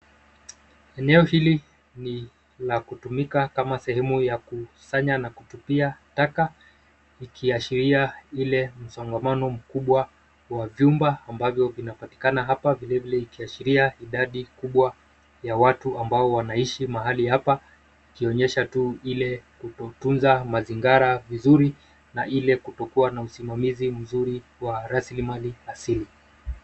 Eneo hili ni la kutumika kama sehemu ya kusanya na a kutupia taka, ikiashiria ile msongamano mkubwa wa vyumba ambavyo vinapatikana hapa, vilevile ikiashiria idadi kubwa ya watu ambao wanaishi mahali hapa, ikionyesha tu ile kutotunza mazingira vizuri na ile kutokuwa na usimamizi mzuri wa rasilimali asili.